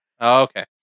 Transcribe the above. Okay